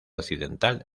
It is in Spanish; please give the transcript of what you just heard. occidental